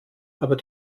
aber